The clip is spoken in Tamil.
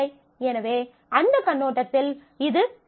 எனவே அந்த கண்ணோட்டத்தில் இது சிறந்தது